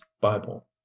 Bible